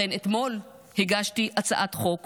לכן אתמול הגשתי הצעת חוק